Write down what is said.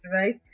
right